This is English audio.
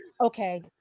okay